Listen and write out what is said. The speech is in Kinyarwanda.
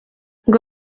ngo